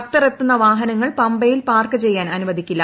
ഭക്തർ എത്തുന്ന വാഹനങ്ങൾ പമ്പയിൽ പാർക്ക് ചെയ്യാൻ അനുവദിക്കില്ല